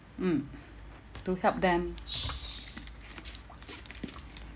mm to help them